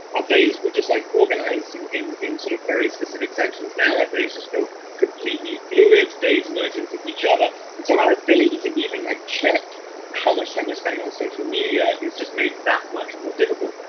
our days were just like organized in in sort of very specific sections. now our days are still completely fluid, days merge into each other and so our ability to even like check how much time we're spending on social media is just made that much more difficult.